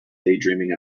daydreaming